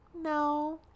no